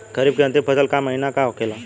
खरीफ के अंतिम फसल का महीना का होखेला?